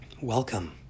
welcome